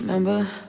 Remember